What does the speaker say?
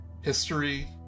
History